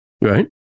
Right